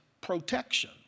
protection